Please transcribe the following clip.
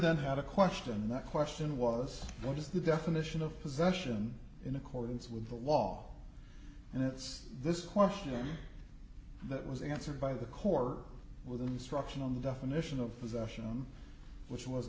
then had a question that question was what is the definition of possession in accordance with the law and it's this question that was answered by the corps with an instruction on the definition of